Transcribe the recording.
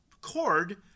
cord